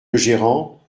gérant